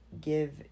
give